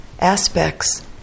aspects